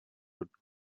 could